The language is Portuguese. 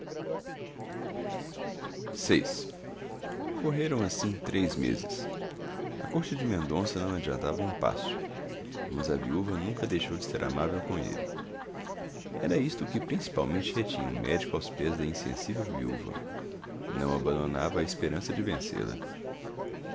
vi correram assim três meses a corte de mendonça não adiantava um passo mas a viúva nunca deixou de ser amável com ele era isto o que principalmente retinha o médico aos pés da insensível viúva não o abandonava a esperança de vencê-la